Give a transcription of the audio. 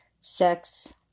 Sex